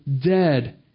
dead